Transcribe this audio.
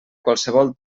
qualsevol